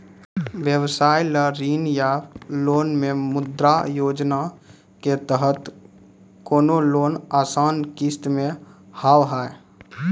व्यवसाय ला ऋण या लोन मे मुद्रा योजना के तहत कोनो लोन आसान किस्त मे हाव हाय?